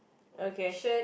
okay